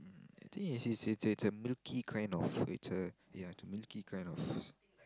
mm I think it's it's it's it's a milky kind of it's a ya it's a milky kind of